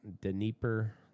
Dnieper